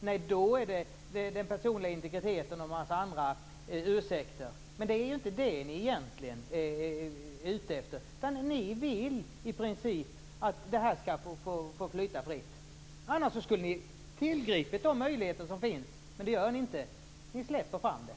Nej, då talar ni om den personliga integriteten och kommer med en massa andra ursäkter. Men det är inte det ni egentligen är ute efter. Ni vill i princip att det här skall få flyta fritt. Annars skulle ni ha tillgripit de möjligheter som finns. Men det gör ni inte. Ni släpper fram det.